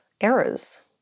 errors